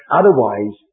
otherwise